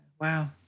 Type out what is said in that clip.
Wow